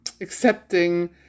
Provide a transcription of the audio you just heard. accepting